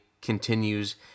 continues